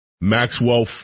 Maxwell